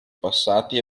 passati